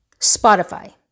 Spotify